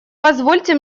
позвольте